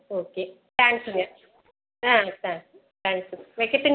okay தேங்க்ஸுங்க ஆ thanks thanks வெக்கட்டுங்